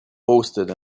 posted